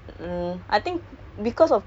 then cause I I